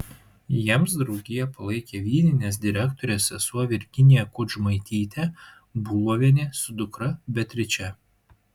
jiems draugiją palaikė vyninės direktorės sesuo virginija kudžmaitytė bulovienė su dukra beatriče